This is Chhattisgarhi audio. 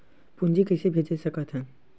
पूंजी कइसे भेज सकत हन?